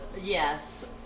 Yes